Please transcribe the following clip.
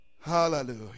Hallelujah